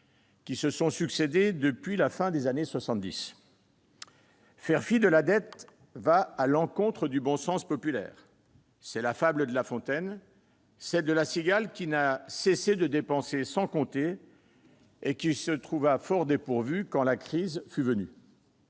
qui se sont succédé depuis la fin des années soixante-dix. Faire fi de la dette va à l'encontre du bon sens populaire. C'est la cigale de la fable de La Fontaine qui, n'ayant cessé de dépenser sans compter, se trouva fort dépourvue quand la crise fut venue